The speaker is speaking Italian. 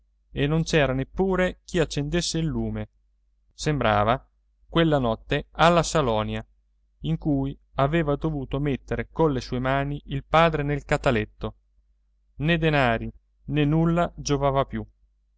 e non c'era neppure chi accendesse il lume sembrava quella notte alla salonia in cui aveva dovuto mettere colle sue mani il padre nel cataletto né denari né nulla giovava più